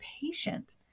patient